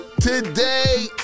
today